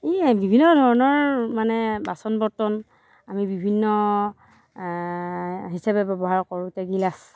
এই বিভিন্ন ধৰণৰ মানে বাচন বৰ্তন আমি বিভিন্ন হিচাপে ব্যৱহাৰ কৰোঁ এতিয়া গিলাচ